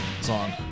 song